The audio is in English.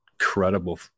incredible